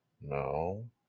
No